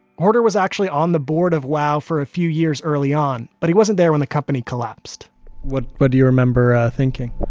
horter was actually on the board of wow for a few years early on, but he wasn't there when the company collapsed what but do you remember ah thinking?